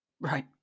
Right